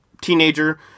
teenager